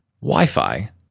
Wi-Fi